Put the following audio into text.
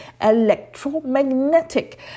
electromagnetic